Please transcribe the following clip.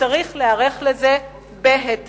וצריך להיערך לזה בהתאם.